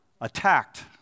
attacked